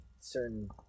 certain